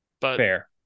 Fair